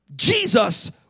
jesus